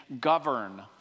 govern